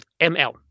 M-L